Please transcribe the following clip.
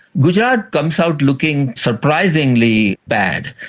gujarat comes out looking surprisingly bad.